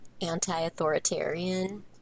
anti-authoritarian